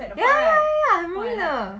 ya ya ya 很容易的